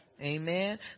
Amen